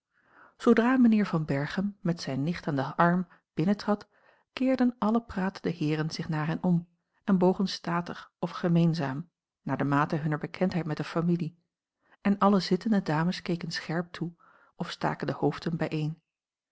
zoodra mijnheer van berchem met zijne nicht aan den arm binnentrad keerden alle pratende heeren zich naar hen om en bogen statig of gemeenzaam naar de mate hunner bekendheid met de familie en alle zittende dames keken scherp toe of a l g bosboom-toussaint langs een omweg staken de hoofden bijeen